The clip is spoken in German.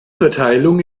verteilung